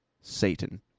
Satan